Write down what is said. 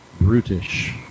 brutish